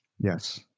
Yes